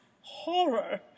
horror